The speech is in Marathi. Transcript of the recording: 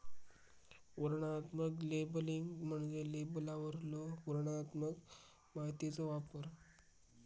वर्णनात्मक लेबलिंग म्हणजे लेबलवरलो वर्णनात्मक माहितीचो वापर